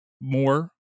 more